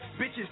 bitches